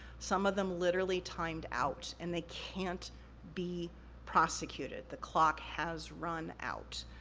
some of them literally timed out, and they can't be prosecuted. the clock has run out.